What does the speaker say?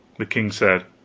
the king said